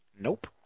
Nope